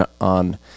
on